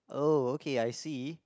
oh okay I see